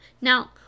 Now